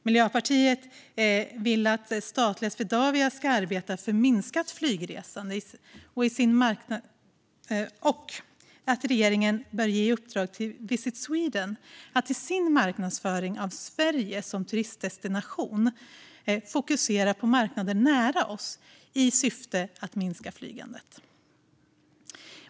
Miljöpartiet vill att statliga Swedavia ska arbeta för minskat flygresande och att regeringen ska ge i uppdrag till Visit Sweden att i sin marknadsföring av Sverige som turistdestination fokusera på marknader nära oss i syfte att minska flygandet.